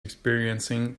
experiencing